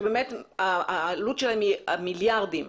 שהעלות שלהן היא מיליארדים,